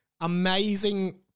amazing